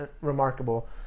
remarkable